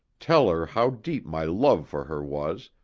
tell her how deep my love for her was,